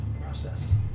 process